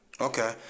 Okay